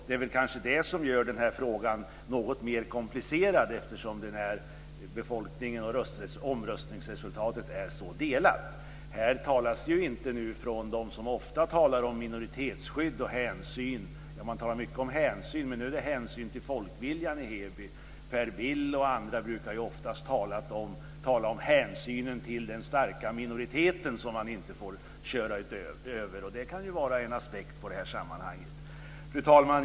Det kanske är det som gör den här frågan något mer komplicerad att omröstningsresultatet är så delat. Man brukar ofta tala om minoritetsskydd och hänsyn. Nu talar man mycket om hänsyn, men nu är det hänsyn till folkviljan i Heby. Per Bill och andra brukar ju oftast tala om hänsynen till den starka minoriteten som man inte får köra över. Det kan ju vara en aspekt i det här sammanhanget. Fru talman!